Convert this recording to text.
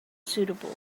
suitable